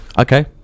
Okay